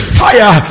fire